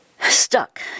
stuck